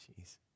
Jeez